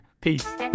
peace